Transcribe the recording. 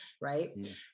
right